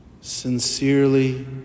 Sincerely